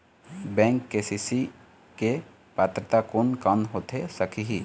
Bank से KCC के पात्रता कोन कौन होथे सकही?